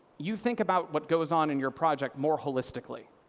you think about what goes on in your project more holistically.